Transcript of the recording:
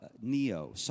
neo